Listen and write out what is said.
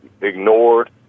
ignored